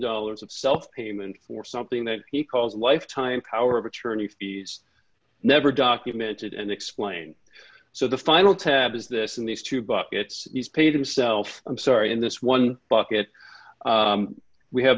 dollars of self payment for something that he calls lifetime power of attorney fees never documented and explained so the final tab is this in these two buckets these pay themselves i'm sorry in this one bucket we have